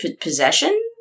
possession